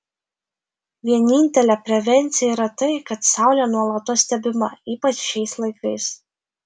vienintelė prevencija yra tai kad saulė nuolatos stebima ypač šiais laikais